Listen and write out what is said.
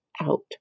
out